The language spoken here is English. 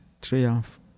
triumph